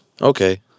Okay